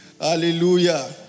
Hallelujah